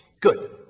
Good